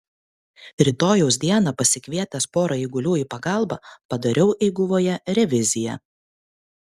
rytojaus dieną pasikvietęs pora eigulių į pagalbą padariau eiguvoje reviziją